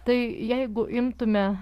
tai jeigu imtume